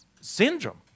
syndrome